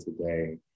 today